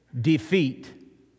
Defeat